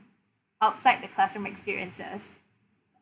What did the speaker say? outside the classroom experiences